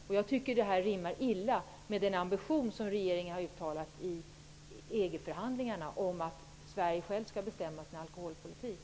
Detta förslag rimmar illa med den ambition som regeringen uttalat i EG förhandlingarna, nämligen att Sverige självt skall bestämma dess alkoholpolitik.